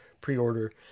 pre-order